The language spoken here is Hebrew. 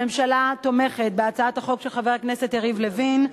הממשלה תומכת בהצעת החוק של חבר הכנסת יריב לוין.